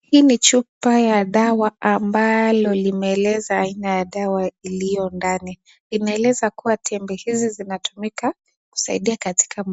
Hili ni chupa ya dawa ambayo inaeleza aina ya dawa iliyo ndani , inaeleza kuwa tembe hizi zinatumika kusaidia katika